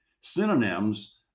Synonyms